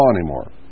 anymore